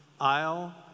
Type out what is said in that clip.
aisle